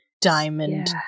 diamond